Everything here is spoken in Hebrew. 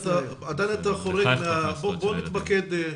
בוא נתמקד,